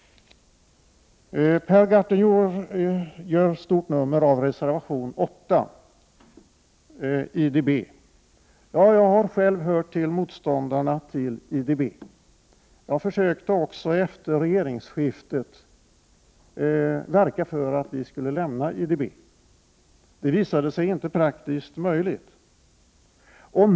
Per Gahrton gör stort nummer av reservation 8, IDB. Jag har själv hört till motståndarna till IDB. Jag försökte också efter regeringsskiftet att verka för att vi skulle lämna IDB. Det visade sig inte praktiskt möjligt.